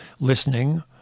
listening